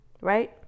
right